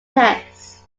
tests